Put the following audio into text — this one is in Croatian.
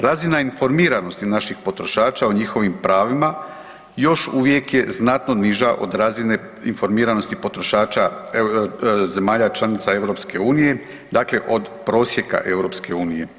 Razina informiranosti naših potrošača o njihovim pravima još uvijek je znatno niža od razine informiranosti potrošača zemalja članica EU, dakle od prosjeka EU.